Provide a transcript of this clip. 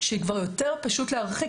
שכבר יותר פשוט להרחיק.